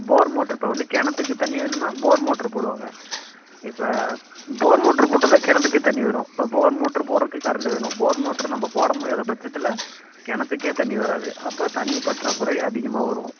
போர் motor இப்போ வந்து கிணத்துக்கு தண்ணி வேணுன்னால் போர் மோட்ரு போடுவாங்க இப்போ போர் மோட்ரு போட்டால்தான் கிணத்துக்கு தண்ணி வரும் இப்போ போர் மோட்ரு போடுறக்கு கரண்டு வேணும் போர் மோட்ரு நம்ம போட முடியாதபட்சத்தில் கிணத்துக்கே தண்ணி வராது அப்போ தண்ணி பற்றாக்குறை அதிகமாக வரும்